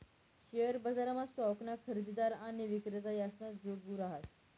share बजारमा स्टॉकना खरेदीदार आणि विक्रेता यासना जुग रहास